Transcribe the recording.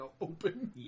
open